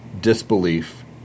disbelief